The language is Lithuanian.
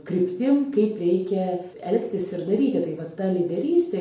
kryptim kaip reikia elgtis ir daryti tai va ta lyderystė